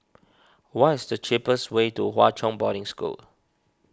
what is the cheapest way to Hwa Chong Boarding School